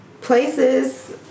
places